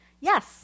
yes